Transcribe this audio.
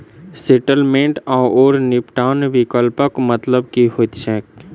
Settlement आओर निपटान विकल्पक मतलब की होइत छैक?